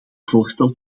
voorstel